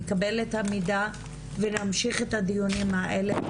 נקבל את המידע ונמשיך את הדיונים האלה,